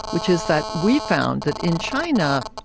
which is that we found that, in china,